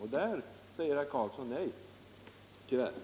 Och där säger herr Carlsson tyvärr nej.